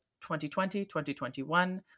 2020-2021